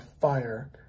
fire